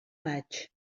maig